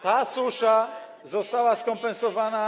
ta susza została skompensowana.